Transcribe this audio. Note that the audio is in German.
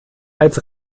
als